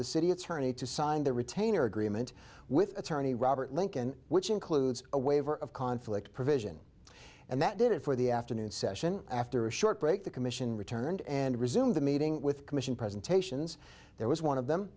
the city attorney to sign the retainer agreement with attorney robert lincoln which includes a waiver of conflict provision and that did it for the afternoon session after a short break the commission returned and resumed the meeting with commission presentations there was one of them